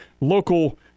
local